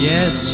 Yes